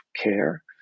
care